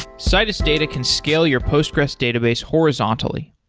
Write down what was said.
citus data can scale your postgres database horizontally.